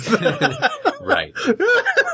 Right